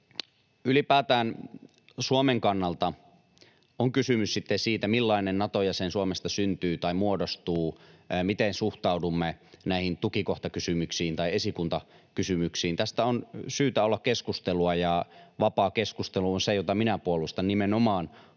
Ylipäätään Suomen kannalta on kysymys sitten siitä, millainen Nato-jäsen Suomesta syntyy tai muodostuu, miten suhtaudumme näihin tukikohtakysymyksiin tai esikuntakysymyksiin. Tästä on syytä olla keskustelua, ja vapaa keskustelu on se, jota minä puolustan. Nimenomaan